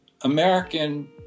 American